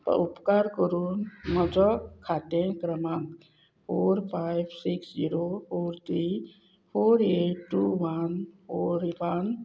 उपकार करून म्हजो खातें क्रमांक four five six zero four three four eight two one four one